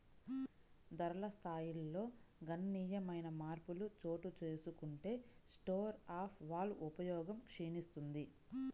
ధరల స్థాయిల్లో గణనీయమైన మార్పులు చోటుచేసుకుంటే స్టోర్ ఆఫ్ వాల్వ్ ఉపయోగం క్షీణిస్తుంది